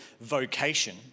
vocation